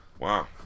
Wow